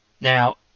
Now